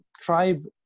tribe